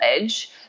edge